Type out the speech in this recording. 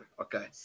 okay